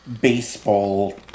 baseball